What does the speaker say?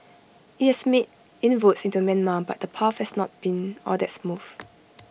IT has made inroads into Myanmar but the path has not been all that smooth